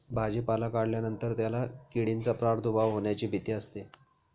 भाजीपाला काढल्यानंतर त्याला किडींचा प्रादुर्भाव होण्याची भीती असते